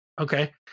Okay